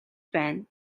байна